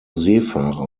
seefahrer